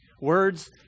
Words